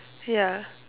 ya